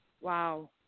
Wow